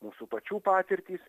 mūsų pačių patirtys